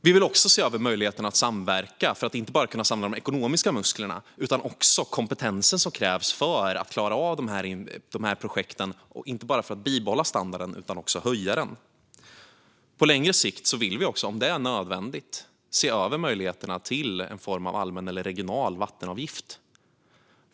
Vi vill också se över möjligheterna att samverka för att kunna samla de ekonomiska musklerna och den kompetens som krävs för att klara av de här projekten, inte bara för att bibehålla standarden utan också för att höja den. På längre sikt vill vi också, om det är nödvändigt, se över möjligheterna till en form av allmän eller regional vattenavgift.